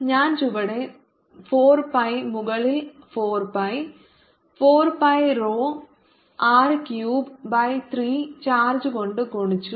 ഞാൻ ചുവടെ 4 pi മുകളിൽ 4 pi 4 pi rho R cube by 3 charge കൊണ്ട് ഗുണിച്ചു